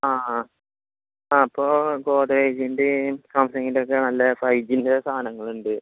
ആ ആ അപ്പോൾ ഗോഡറേജിൻ്റെ സംസങ്ങിൻ്റെ ഒക്കെ നല്ല ഫൈവ് ജി യുടെ സാധനങ്ങൾ ഉണ്ട്